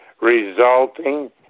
resulting